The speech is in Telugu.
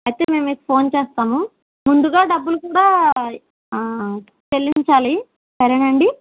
అయితే మేము మీకు ఫోన్ చేస్తాము ముందుగా డబ్బులు కూడా చెల్లించాలి సరేనా అండి